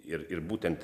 ir ir būtent